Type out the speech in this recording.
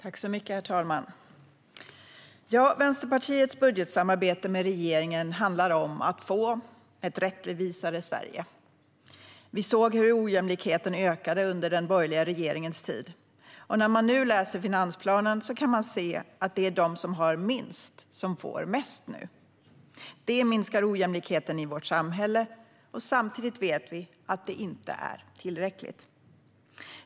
Herr talman! Vänsterpartiets budgetsamarbete med regeringen handlar om att få ett rättvisare Sverige. Vi såg hur ojämlikheten ökade under den borgerliga regeringens tid. När man nu läser finansplanen kan man se att det är de som har minst som får mest. Det minskar ojämlikheten i vårt samhälle. Samtidigt vet vi att det inte är tillräckligt.